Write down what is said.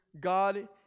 God